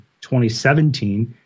2017